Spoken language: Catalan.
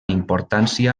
importància